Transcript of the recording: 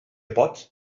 pot